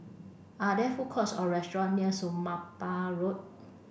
are there food courts or restaurant near Somapah Road